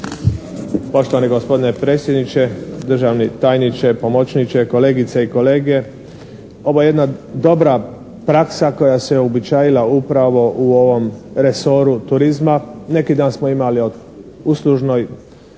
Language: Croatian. Poštovani gospodine predsjedniče, državni tajniče, pomoćniče, kolegice i kolege. Ovo je jedna dobra praksa koja se uobičajila upravo u ovom resoru turizma. Neki dan smo imali o uslužnoj